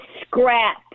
scrap